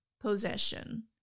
possession